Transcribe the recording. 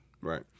Right